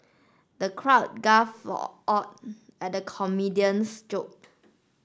the crowd at the comedian's joke